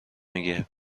میگه